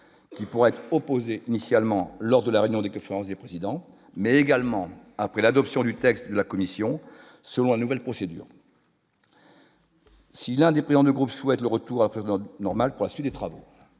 qui pourrait opposer initialement lors de la réunion des questions et président mais également après l'adoption du texte, la Commission selon la nouvelle procédure si l'un des dépliant du groupe souhaite le retour après normal poursuit les travaux